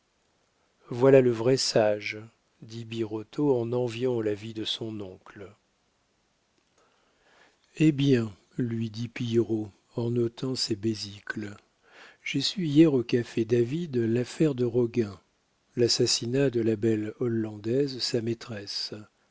voilà le vrai sage dit birotteau en enviant la vie de son oncle eh bien lui dit pillerault en ôtant ses besicles j'ai su hier au café david l'affaire de roguin l'assassinat de la belle hollandaise sa maîtresse